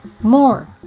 More